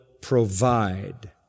provide